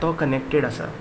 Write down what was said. तो कनेक्टेड आसा